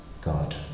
God